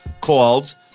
called